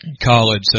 College